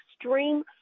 extreme